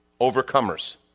overcomers